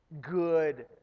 good